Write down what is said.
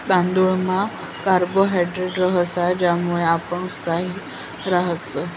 तांदुयमा कार्बोहायड्रेट रहास ज्यानामुये आपण उत्साही रातस